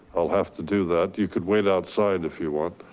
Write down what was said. i'll have to do that. you could wait outside if you want.